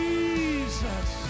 Jesus